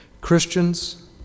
Christians